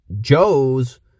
Joe's